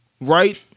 right